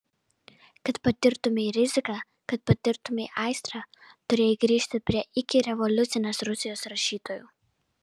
kad patirtumei riziką kad patirtumei aistrą turėjai grįžti prie ikirevoliucinės rusijos rašytojų